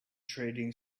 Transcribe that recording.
trading